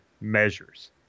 measures